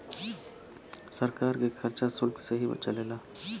सरकार के खरचा सुल्क से ही चलेला